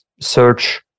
search